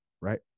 right